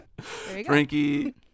Frankie